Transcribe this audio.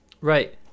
right